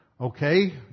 Okay